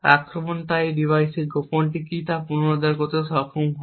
আক্রমণ তাই এই ডিভাইসের গোপন কী পুনরুদ্ধার করতে সক্ষম হবে